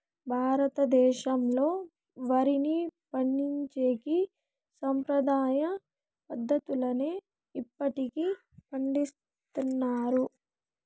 భారతదేశంలో, వరిని పండించేకి సాంప్రదాయ పద్ధతులనే ఇప్పటికీ పాటిస్తన్నారు